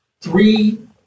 three